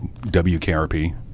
WKRP